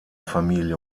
familie